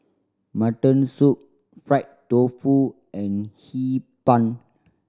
mutton soup fried tofu and Hee Pan